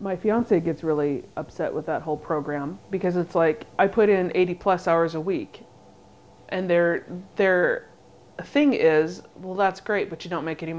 my fiance gets really upset with that whole program because it's like i put in eighty plus hours a week and they're there the thing is well that's great but you don't make any